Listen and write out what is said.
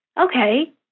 Okay